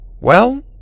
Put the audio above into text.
Well